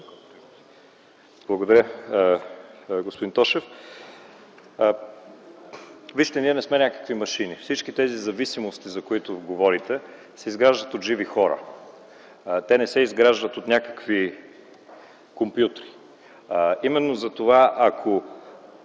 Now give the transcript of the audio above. Благодаря. Господин Тошев, вижте, ние не сме някакви машини. Всички тези зависимости, за които говорите се изграждат от живи хора. Те не се изграждат от някакви компютри. Именно затова, ако